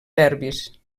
serbis